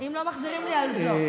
אם לא מחזירים לי, אז לא.